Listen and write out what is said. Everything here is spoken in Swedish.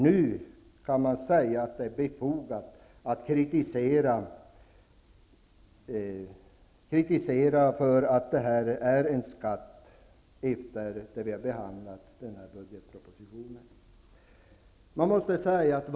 Nu, efter det att vi har behandlat budgetpropositionen, kan man säga att det är befogat med kritik för att skogsvårdsavgiften är en skatt.